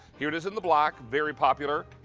here it is in the black, very popular.